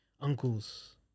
Uncles